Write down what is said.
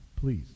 please